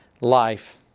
life